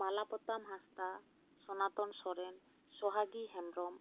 ᱢᱟᱞᱟ ᱯᱚᱛᱟᱢ ᱦᱟᱸᱥᱫᱟ ᱥᱚᱱᱟᱛᱚᱱ ᱥᱚᱨᱮᱱ ᱥᱚᱦᱟᱜᱤ ᱦᱮᱢᱵᱨᱚᱢ